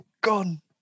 gone